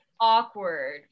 awkward